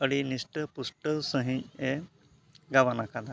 ᱟᱹᱰᱤ ᱱᱤᱥᱴᱟᱹ ᱯᱩᱥᱴᱟᱹᱣ ᱥᱟᱺᱦᱤᱡ ᱮ ᱜᱟᱵᱟᱱ ᱠᱟᱫᱟ